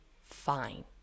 fine